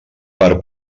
per